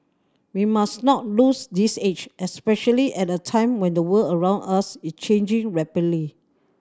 we must not lose this edge especially at a time when the world around us is changing rapidly